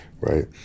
Right